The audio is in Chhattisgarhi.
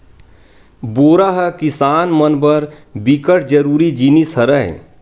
बोरा ह किसान मन बर बिकट जरूरी जिनिस हरय